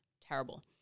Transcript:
terrible